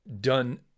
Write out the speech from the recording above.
done